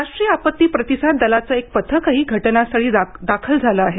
राष्ट्रीय आपत्ती प्रतिसाद दलाचं एक पथकही घटनास्थळी दाखल झालं आहे